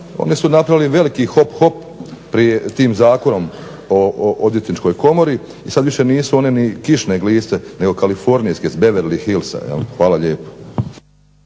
one su napravili veliki hop hop tim Zakonom o odvjetničkoj komori, sad više nisu one ni kišne gliste nego kalifornijske, s Beverly Hillsa. Hvala lijepo.